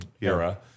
era